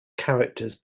characters